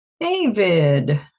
David